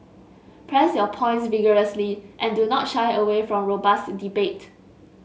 press your points vigorously and do not shy away from robust debate